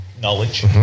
knowledge